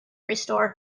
restore